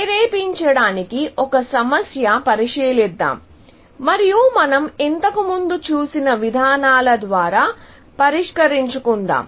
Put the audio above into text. ప్రేరేపించడానికి ఒక సమస్యను పరిశీలిద్దాం మరియు మనం ఇంతకు ముందు చూసిన విధానాల ద్వారా పరిష్కరించుకుందాం